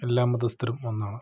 എല്ലാ മതസ്ഥരും ഒന്നാണ്